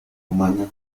humana